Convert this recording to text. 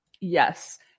Yes